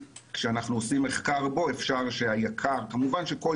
וכשאנחנו עושים בו מחקר, אפשר אולי לשקול